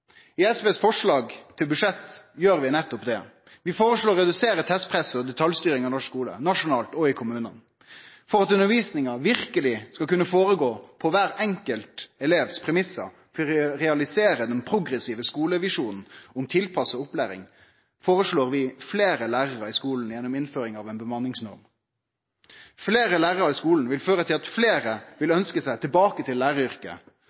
I SVs forslag til budsjett gjer vi nettopp det. Vi føreslår å redusere testpresset og detaljstyringa i norsk skule, nasjonalt og i kommunane. For at undervisninga verkeleg skal kunne føregå på kvar enkelt elevs premissar, for å realisere den progressive skulevisjonen om tilpassa opplæring, føreslår vi fleire lærarar i skulen, gjennom innføring av ei bemanningsnorm. Fleire lærarar i skulen vil føre til at fleire vil ønskje seg tilbake til